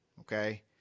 Okay